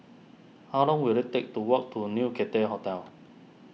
how long will it take to walk to New Cathay Hotel